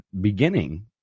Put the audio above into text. beginning